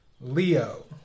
Leo